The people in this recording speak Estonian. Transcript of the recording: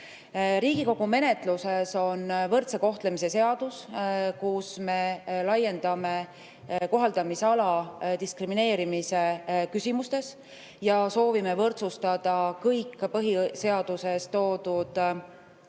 Riigikogu menetluses on võrdse kohtlemise seadus, millega me laiendame kohaldamisala diskrimineerimise küsimustes ja soovime võrdsustada kõik põhiseaduses toodud grupid